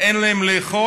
אין להן לאכול,